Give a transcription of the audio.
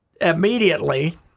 immediately